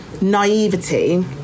naivety